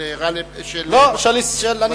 מסעוד גנאים?